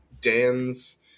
Dan's